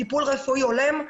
טיפול רפואי הולם,